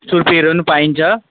छुर्पीहरू पनि पाइन्छ